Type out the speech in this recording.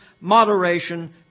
moderation